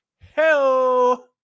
Hello